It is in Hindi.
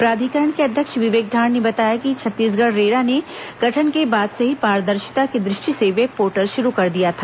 प्राधिकरण के अध्यक्ष विवेक ढांड ने बताया कि छत्तीसगढ़ रेरा ने गठन के बाद से ही पारदर्शिता की दृष्टि से वेबपोर्टल शुरू कर दिया था